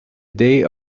day